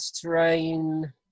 terrain